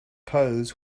clothes